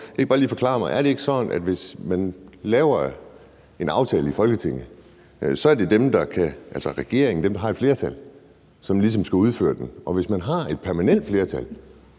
om det ikke er sådan, at hvis man laver en aftale i Folketinget, er det regeringen, altså dem, der har et flertal, som ligesom skal føre den ud i livet? Og hvis man har et permanent flertal,